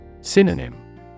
Synonym